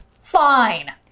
Fine